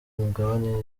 migabane